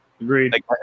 agreed